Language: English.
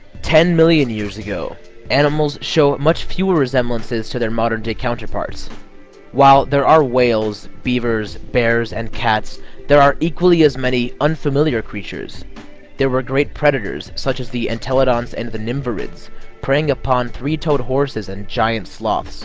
ten million years ago animals show much fewer resemblances to their modern-day counterparts while there are whales beavers bears and cats there are equally as many unfamiliar creatures there were great predators such as the intel um and the nimba rids preying upon three-toed horses and giant sloths